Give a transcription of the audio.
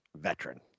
veteran